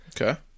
Okay